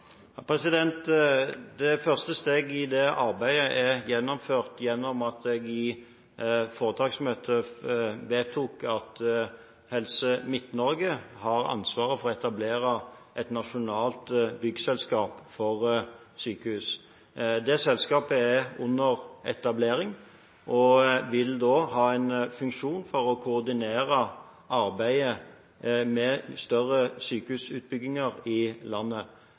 Det første steget i det arbeidet er gjennomført gjennom at en i foretaksmøtet vedtok at Helse Midt-Norge har ansvaret for å etablere et nasjonalt byggselskap for sykehus. Det selskapet er under etablering og vil da ha en funksjon for å koordinere arbeidet med større sykehusutbygginger i landet.